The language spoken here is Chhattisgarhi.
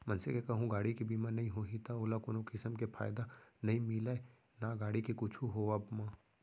मनसे के कहूँ गाड़ी के बीमा नइ होही त ओला कोनो किसम के फायदा नइ मिलय ना गाड़ी के कुछु होवब म